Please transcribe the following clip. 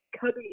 cubby